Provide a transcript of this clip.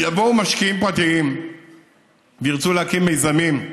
יבואו משקיעים פרטיים וירצו להקים מיזמים,